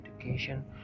education